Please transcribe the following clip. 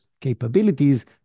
capabilities